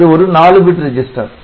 அது ஒரு 4 bit register